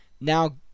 now